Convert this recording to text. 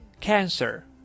Cancer